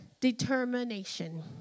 determination